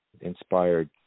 inspired